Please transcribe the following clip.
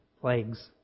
plagues